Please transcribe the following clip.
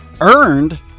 Earned